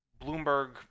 Bloomberg